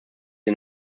sie